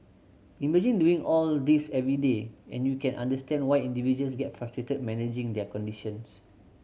imagine doing all this every day and you can understand why individuals get frustrated managing their conditions